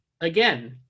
again